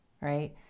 right